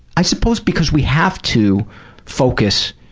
i suppose because we have to focus